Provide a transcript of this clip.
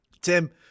Tim